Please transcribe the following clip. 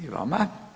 I vama.